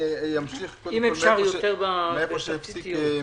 אני אמשיך היכן שמיקי הפסיק.